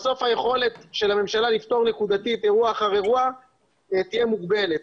בסוף היכולת של הממשלה לפתור נקודתית אירוע אחר אירוע תהיה מוגבלת.